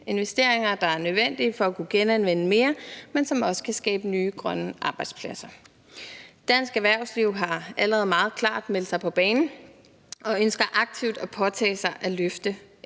investeringer, der er nødvendige for at kunne genanvende mere, men som også kan skabe nye grønne arbejdspladser. Dansk erhvervsliv har allerede meget klart meldt sig på banen og ønsker aktivt at påtage sig at løfte et ansvar.